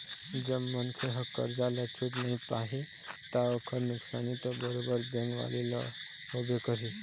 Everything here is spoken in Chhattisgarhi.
जब मनखे ह करजा ल छूट नइ पाही ता ओखर नुकसानी तो बरोबर बेंक वाले ल होबे करही